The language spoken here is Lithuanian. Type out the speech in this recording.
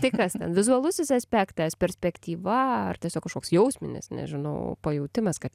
tai kas vizualusis aspektas perspektyva ar tiesiog kažkoks jausminis nežinau pajautimas kad